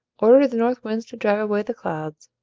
ordered the north winds to drive away the clouds,